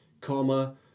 comma